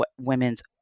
women's